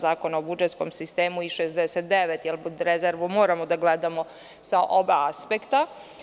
Zakona o budžetskom sistemu i 69, jer rezervu moramo da gledamo sa oba aspekta.